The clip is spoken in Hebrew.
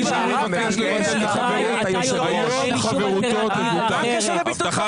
מה הקשר?